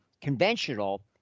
conventional